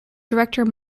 director